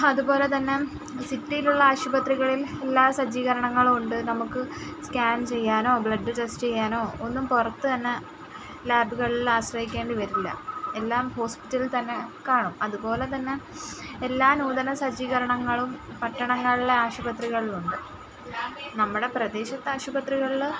അതുപോലെ തന്നെ സിറ്റിയിലുള്ള ആശുപത്രികളിൽ എല്ലാം സജ്ജീകരണങ്ങളുണ്ട് നമുക്ക് സ്കാൻ ചെയ്യാനോ ബ്ലഡ് ടെസ്റ് ചെയ്യാനോ ഒന്നും പുറത്ത് തന്നെ ലാബുകളിലെ ആശ്രയിക്കേണ്ടി വരില്ല എല്ലാം ഹോസ്പിറ്റലിൽ തന്നെ കാണും അതുപോലെ തന്നെ എല്ലാ നൂതന സജ്ജീകരണങ്ങളും പട്ടണങ്ങളിലെ ആശുപത്രികളിലുണ്ട് നമ്മുടെ പ്രദേശത്തെ ആശുപത്രികളിൽ